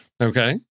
okay